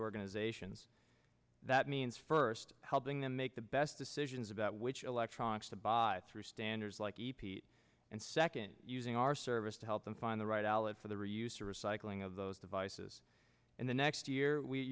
organizations that means first helping them make the best decisions about which electronics to buy through standards like epeat and second using our service to help them find the right alex for the reuse or recycling of those devices and the next year we